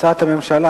הצעת הממשלה?